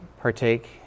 partake